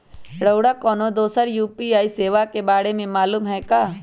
रउरा कोनो दोसर यू.पी.आई सेवा के बारे मे मालुम हए का?